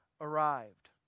arrived